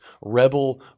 rebel